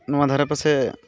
ᱱᱚᱣᱟ ᱫᱷᱟᱨᱮ ᱯᱟᱥᱮ